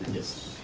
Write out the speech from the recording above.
yes.